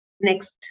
next